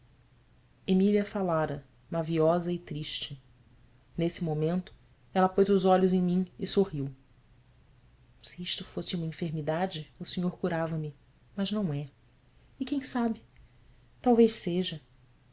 emília falara maviosa e triste nesse momento ela pôs os olhos em mim e sorriu e isto fosse uma enfermidade o senhor curava me mas não é e quem sabe talvez seja